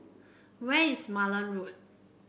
where is Malan Road